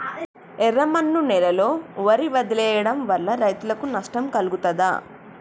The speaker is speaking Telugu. ఎర్రమన్ను నేలలో వరి వదిలివేయడం వల్ల రైతులకు నష్టం కలుగుతదా?